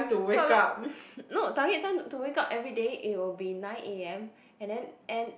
no target time to wake up everyday it will be nine a_m and then end